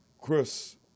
Chris